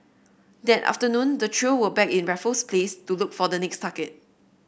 that afternoon the trio were back in Raffles Place to look for the next target